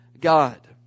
God